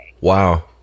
wow